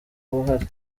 bahari